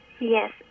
Yes